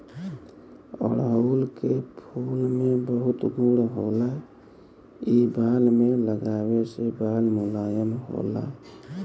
अढ़ऊल के फूल में बहुत गुण होला इ बाल में लगावे से बाल मुलायम होला